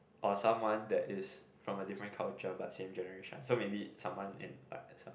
or someone that's from a different culture but same generation so maybe someone in like some